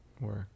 work